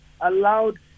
allowed